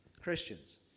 Christians